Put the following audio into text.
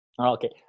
Okay